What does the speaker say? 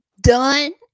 done